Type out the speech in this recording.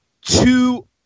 two